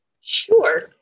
Sure